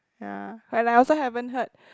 ya but like I also haven't heard